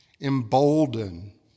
embolden